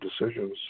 decisions